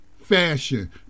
fashion